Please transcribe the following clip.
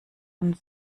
und